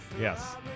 Yes